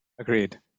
Agreed